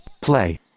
play